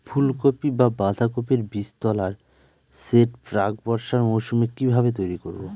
ফুলকপি বা বাঁধাকপির বীজতলার সেট প্রাক বর্ষার মৌসুমে কিভাবে তৈরি করব?